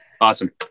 Awesome